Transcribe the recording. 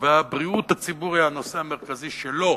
ובריאות הציבור היא הנושא המרכזי שלה,